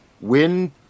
Win